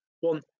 one